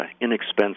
inexpensive